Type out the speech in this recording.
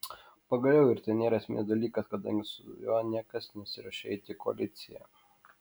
pagaliau ir tai nėra esminis dalykas kadangi su juo niekas nesiruošia eiti į koaliciją